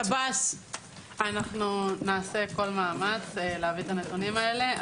אנחנו נעשה מאמץ להביא את הנתונים האלה.